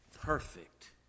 perfect